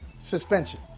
suspension